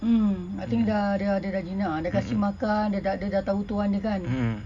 mm I think dah dia dah jinak ah dia kasi makan dia dia dah tahu tuan dia kan